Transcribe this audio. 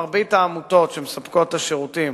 מרבית העמותות שמספקות את השירותים